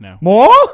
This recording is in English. More